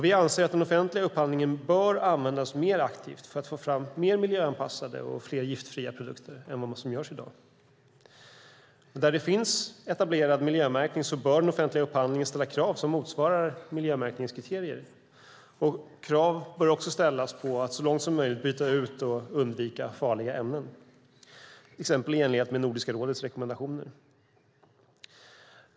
Vi anser att den offentliga upphandlingen bör användas mer aktivt för att få fram mer miljöanpassade och fler giftfria produkter än i dag. Där det finns etablerad miljömärkning bör man i den offentliga upphandlingen ställa krav som motsvarar miljömärkningskriterier. Krav bör också ställas på att så långt som möjligt byta ut och undvika farliga ämnen, exempelvis i enlighet med Nordiska rådets rekommendationer.